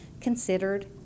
considered